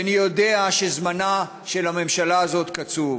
כי אני יודע שזמנה של הממשלה הזאת קצוב